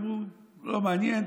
אמרו: לא מעניין,